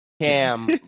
Cam